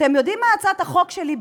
אתם יודעים מה באמת הצעת החוק שלי,